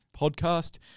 podcast